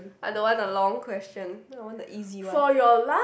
I don't want the long question I want the easy one